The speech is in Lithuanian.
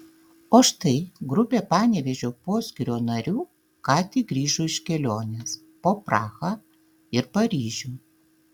o štai grupė panevėžio poskyrio narių ką tik grįžo iš kelionės po prahą ir paryžių